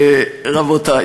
רבותי,